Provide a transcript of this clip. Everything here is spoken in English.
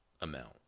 amount